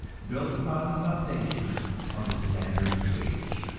built upon the foundation of the standard wage.